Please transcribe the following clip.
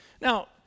Now